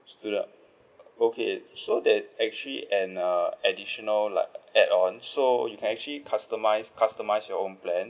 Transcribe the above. student ah okay so there's actually an uh additional lah add on so you can actually customise customise your own plan